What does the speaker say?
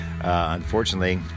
unfortunately